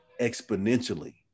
exponentially